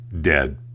dead